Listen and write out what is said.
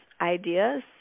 ideas